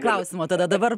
klausimo tada dabar